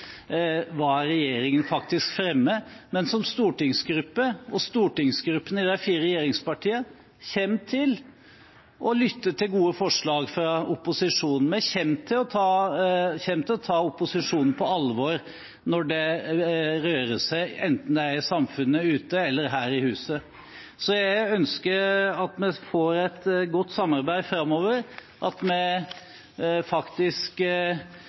hva regjeringen faktisk fremmer, men stortingsgruppen – og stortingsgruppene i de fire regjeringspartiene – kommer til å lytte til gode forslag fra opposisjonen. Vi kommer til å ta opposisjonen på alvor når det rører seg, enten det er i samfunnet ute eller her i huset. Jeg ønsker at vi får et godt samarbeid framover, at vi faktisk